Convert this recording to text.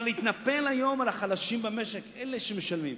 אבל להתנפל היום על החלשים במשק, אלה שמשלמים,